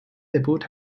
debut